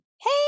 hey